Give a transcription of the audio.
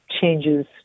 changes